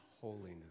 holiness